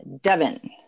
Devin